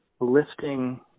lifting